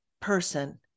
person